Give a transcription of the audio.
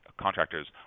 contractors